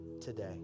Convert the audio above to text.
today